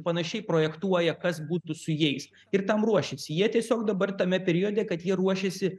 panašiai projektuoja kas būtų su jais ir tam ruošiasi jie tiesiog dabar tame periode kad jie ruošiasi